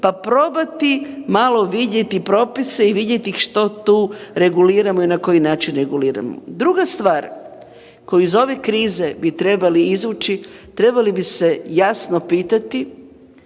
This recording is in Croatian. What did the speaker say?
pa probati malo vidjeti propise i vidjeti što tu reguliramo i na koji način reguliramo. Druga stvar, koju iz ove krize bi trebali izvući, trebali bi se jasno pitati